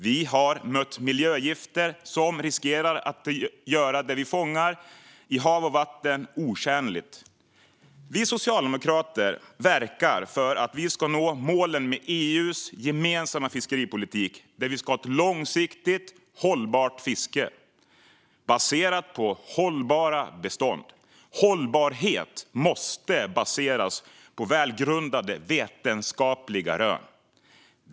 Vi har mött miljögifter som riskerar att göra det vi fångar i hav och vatten otjänligt. Vi socialdemokrater verkar för att vi ska nå målen med EU:s gemensamma fiskeripolitik, där vi ska ha ett långsiktigt hållbart fiske baserat på hållbara bestånd. Hållbarhet måste baseras på välgrundade vetenskapliga rön.